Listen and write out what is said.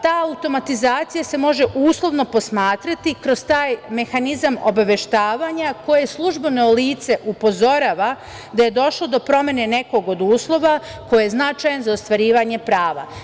Ta automatizacija se može uslovno posmatrati kroz taj mehanizam obaveštavanja koje službeno lice upozorava da je došlo do promene nekog od uslova koje je značajan za ostvarivanje prava.